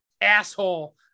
asshole